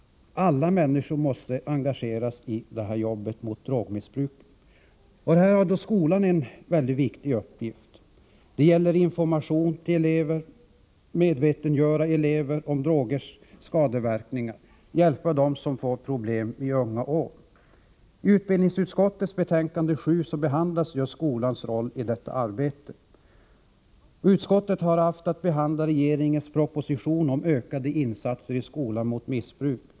Alla människor måste engageras i jobbet mot drogmissbruket. Här har skolan en mycket viktig uppgift. Det gäller information till elever, att göra elever medvetna om drogers skadeverkningar och att hjälpa dem som har fått problem i unga år. I utbildningsutskottets betänkande nr 7 behandlas skolans roll i detta arbete. Utskottet har haft att behandla regeringens proposition om ökade insatser i skolan mot missbruk.